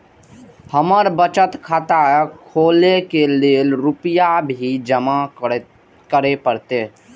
हमर बचत खाता खोले के लेल रूपया भी जमा करे परते?